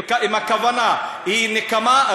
אם הכוונה היא נקמה,